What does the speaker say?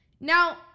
Now